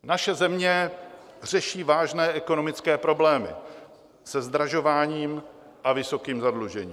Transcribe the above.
Naše země řeší vážné ekonomické problémy se zdražováním a vysokým zadlužováním.